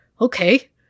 okay